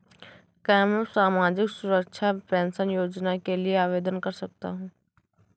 क्या मैं सामाजिक सुरक्षा पेंशन योजना के लिए आवेदन कर सकता हूँ?